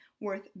worth